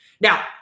Now